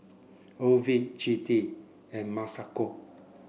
Ovid Jodi and Masako